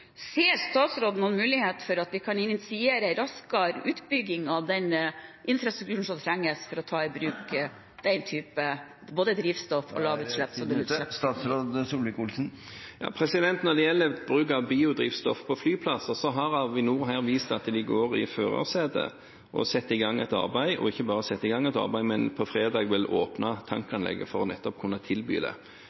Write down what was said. Ser statsråden noen mulighet for at vi kan initiere en raskere utbygging av den infrastrukturen som trengs for å ta i bruk den typen drivstoff og lavutslipps- og nullutslippsteknologi? Når det gjelder bruk av biodrivstoff på flyplasser, har Avinor her vist at de setter seg i førersetet og setter i gang et arbeid – ikke bare setter de i gang et arbeid, men på fredag vil de åpne tankanlegget for nettopp å kunne tilby det. Så er det